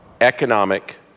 economic